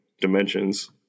dimensions